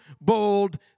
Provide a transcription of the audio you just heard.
bold